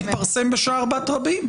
הוא התפרסם בשער בת רבים.